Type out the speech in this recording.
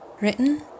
written